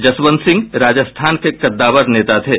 जसवंत सिंह राजस्थान के कद्दावर नेता थे